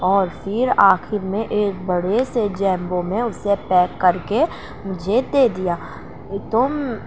اور پھر آخر میں ایک بڑے سے جیمبو میں اسے پیک کر کے مجھے دے دیا تم